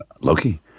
Loki